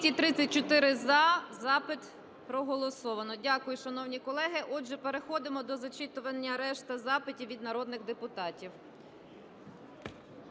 Запит проголосовано. Дякую, шановні колеги. Отже, переходимо до зачитування решти запитів від народних депутатів.